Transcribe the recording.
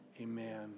amen